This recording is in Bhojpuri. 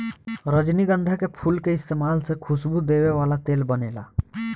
रजनीगंधा के फूल के इस्तमाल से खुशबू देवे वाला तेल बनेला